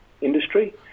industry